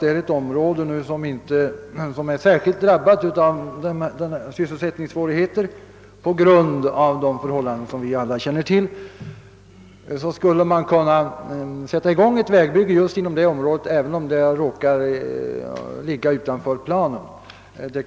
Om ett område är alldeles särskilt drabbat av sysselsättningssvårigheter, så bör man kunna sätta i gång ett vägbygge där, även om arbetsprojektet råkar ligga utanför planen.